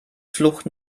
flucht